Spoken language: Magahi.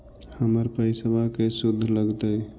हमर पैसाबा के शुद्ध लगतै?